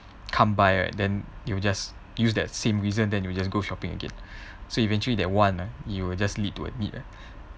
come by right then you just use that same reason then you just go shopping again so eventually that want ah you will just lead to a need ah